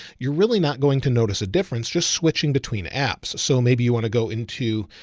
you're really not going to notice a difference just switching between apps. so maybe you want to go into,